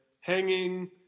hanging